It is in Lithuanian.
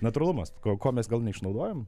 natūralumas ko ko mes gal neišnaudojam